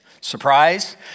surprise